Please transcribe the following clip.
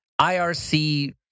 IRC